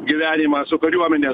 gyvenimą su kariuomene